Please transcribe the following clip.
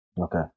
Okay